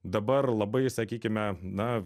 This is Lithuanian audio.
dabar labai sakykime na